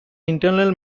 internal